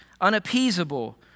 unappeasable